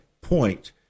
point